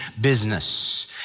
business